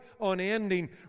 unending